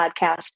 podcast